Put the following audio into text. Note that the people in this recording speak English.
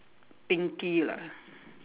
pinky lah